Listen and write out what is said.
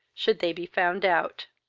should they be found out.